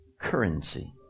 currency